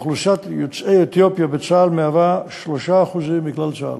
אוכלוסיית יוצאי אתיופיה בצה"ל מהווה 3% מכלל צה"ל.